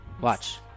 Watch